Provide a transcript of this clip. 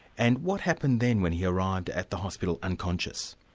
and what happened then, when he arrived at the hospital unconscious?